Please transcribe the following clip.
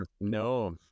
no